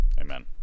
Amen